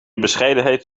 bescheidenheid